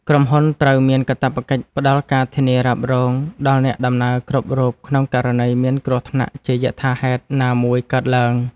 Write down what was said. ក្រុមហ៊ុនត្រូវមានកាតព្វកិច្ចផ្ដល់ការធានារ៉ាប់រងដល់អ្នកដំណើរគ្រប់រូបក្នុងករណីមានគ្រោះថ្នាក់ជាយថាហេតុណាមួយកើតឡើង។